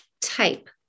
type